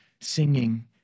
singing